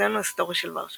המוזיאון ההיסטורי של ורשה